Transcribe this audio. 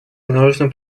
множеством